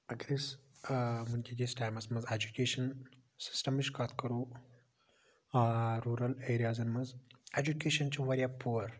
اَگَر أسۍ ونکِکِس ٹایمَس مَنٛز ایٚجُکیشن سِسٹَمٕچ کتھ کرو روٗرَل ایریازَن مَنٛز ایٚجُکیشَن چھ واریاہ پُوَر